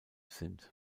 sind